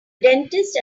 dentist